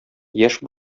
яшь